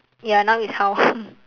ya now is how